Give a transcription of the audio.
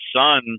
son